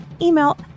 email